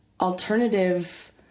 alternative